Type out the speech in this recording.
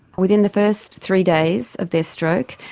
within the first three days of their stroke,